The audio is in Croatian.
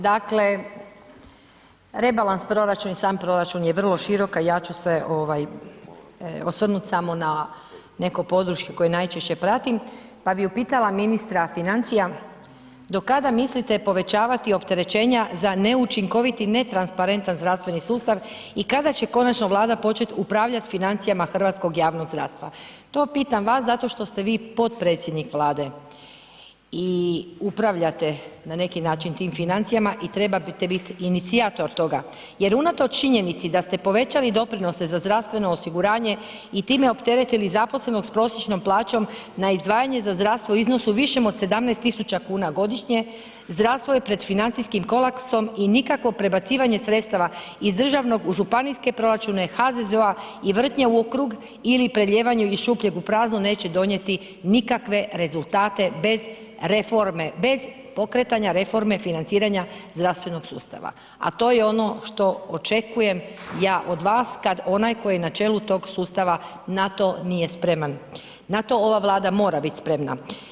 Dakle, rebalans proračuna i sam proračun je vrlo široka, ja ću se ovaj osvrnut samo na neko područje koje najčešće pratim, pa bi upitala ministra financija do kada mislite povećavati opterećenja za neučinkovit i netransparentan zdravstveni sustav i kada će konačno Vlada počet upravljat financijama hrvatskog javnog zdravstva, to pitam vas zato što ste vi potpredsjednik Vlade i upravljate na neki način tim financijama i trebate bit inicijator toga jer unatoč činjenici da ste povećali doprinose za zdravstveno osiguranje i time opteretili zaposlenog s prosječnom plaćom na izdvajanje za zdravstvo u iznosu višem od 17.000,00 kn godišnje, zdravstvo je pred financijskim kolapsom i nikakvo prebacivanje sredstava iz državnog u županijske proračune HZZO-a i vrtnje ukrug ili preljevanje iz šupljeg u prazno neće donijeti nikakve rezultate bez reforme, bez pokretanja reforme financiranja zdravstvenog sustava, a to je ono što očekujem ja od vas kad onaj tko je na čelu tog sustava na to nije spreman, na to ova Vlada mora bit spremna.